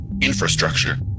infrastructure